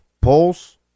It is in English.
polls